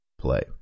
play